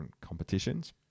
competitions